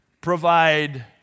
provide